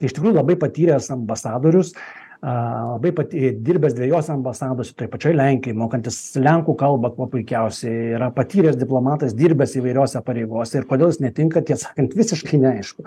iš tikrųjų labai patyręs ambasadorius labai pati dirbęs dvejose ambasadose toj pačioj lenkijoj mokantis lenkų kalba kuo puikiausiai yra patyręs diplomatas dirbęs įvairiose pareigose ir kodėl jis netinka tiesą sakant visiškai neaišku